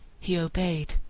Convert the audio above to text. he obeyed.